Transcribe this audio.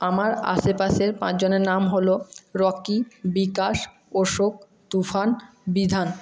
আমার আশেপাশের পাঁচজনের নাম হলো রকি বিকাশ অশোক তুফান বিধান